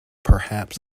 perhaps